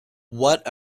what